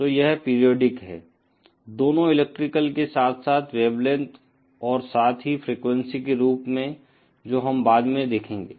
तो यह पीरियाडिक है दोनों इलेक्ट्रिकल के साथ साथ वेवलेंथ और साथ ही फ्रीक्वेंसी के रूप में जो हम बाद में देखेंगे